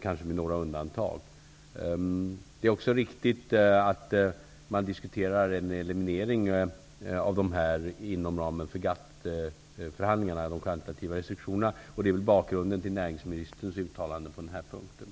kanske med några undantag. Det är också riktigt att man diskuterar en eliminering av de kvantitativa restriktionerna inom ramen för GATT-förhandlingarna. Det torde vara bakgrunden till näringsministerns uttalande på den här punkten.